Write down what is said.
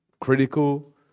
critical